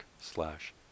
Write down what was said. slash